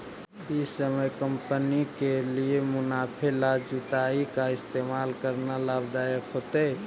ई समय कंपनी के लिए मुनाफे ला जुताई का इस्तेमाल करना लाभ दायक होतई